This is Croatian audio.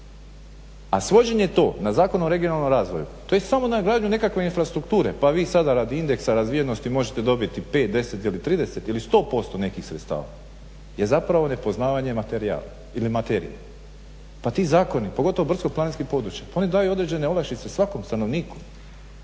A svođenje to na Zakon o regionalnom razvoju to je samo … nekakve infrastrukture pa vi sada radi indeksa razvijenosti možete dobiti 5, 10 ili 30 ili 100% nekih sredstava, je zapravo nepoznavanje materijala ili materije. Pa ti zakoni, pogotovo brdsko-planinska područja pa oni daju određene olakšice svakom stanovniku,